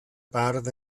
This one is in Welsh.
bardd